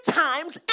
times